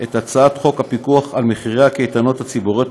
את הצעת חוק הפיקוח על מחירי הקייטנות הציבוריות,